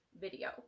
video